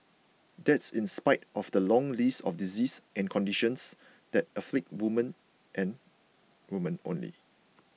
that's in spite of the long list of diseases and conditions that afflict women and women only